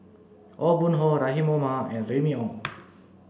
Aw Boon Haw Rahim Omar and Remy Ong